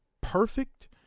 perfect